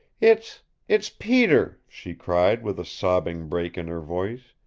it it's peter, she cried, with a sobbing break in her voice.